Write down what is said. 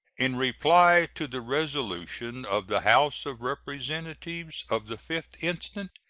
in reply to the resolution of the house of representatives of the fifth instant,